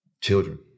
children